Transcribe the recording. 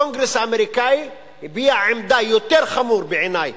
הקונגרס האמריקני הביע עמדה יותר חמורה בעיני,